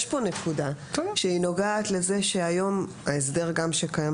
יש כאן נקודה והיא נוגעת לזה שהיום ההסדר שקיים